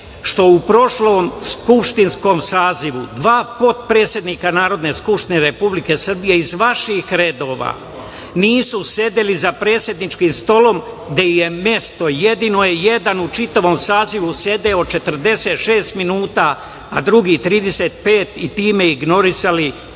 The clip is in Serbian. što u prošlom skupštinskom sazivu dva potpredsednika Narodne skupštine Republike Srbije iz vaših redova nisu sedela za predsedničkim stolom, gde im je mesto. Jedino je jedan u čitavom sazivu sedeo 46 minuta, a drugi 35 i time ignorisali